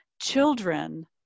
children